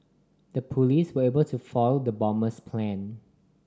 the police were able to foil the bomber's plan